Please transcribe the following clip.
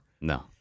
No